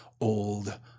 old